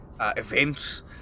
events